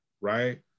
right